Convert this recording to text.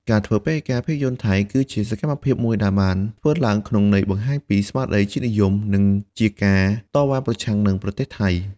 ការធ្វើពហិការភាពយន្តថៃ គឺជាសកម្មភាពមួយដែលបានធ្វើឡើងក្នុងន័យបង្ហាញពី ស្មារតីជាតិនិយម និងជាការតវ៉ាប្រឆាំងនឹងប្រទេសថៃ។